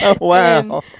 Wow